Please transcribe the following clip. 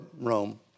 Rome